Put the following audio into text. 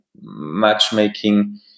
matchmaking